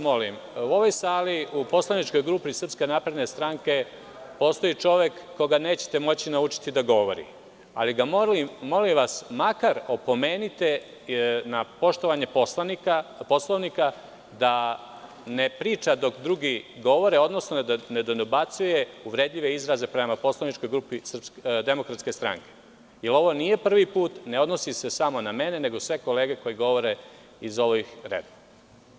Molim vas, u ovoj sali u poslaničkoj grupi SNS postoji čovek koga nećete moći naučiti da govori, ali molim vas, makar ga opomenite na poštovanje Poslovnika, da ne priča dok drugi govore, odnosno da ne dobacuje uvredljive izraze prema poslaničkoj grupi DS i ovo nije prvi put, ne odnosi se samo na mene, nego na sve kolege koji govore iz ovih redova.